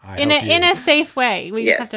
in it in a safe way we yeah